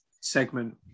segment